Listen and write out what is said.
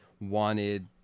wanted